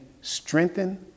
strengthen